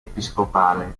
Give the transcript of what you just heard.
episcopale